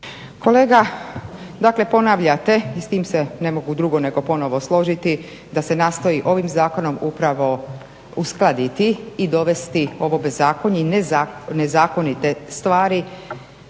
Kolega dakle ponavljate i s tim se ne mogu drugo nego ponovo složiti da se nastoji ovim zakonom upravo uskladiti i dovesti ovo bezakonje i nezakonite stvari